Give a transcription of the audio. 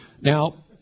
Now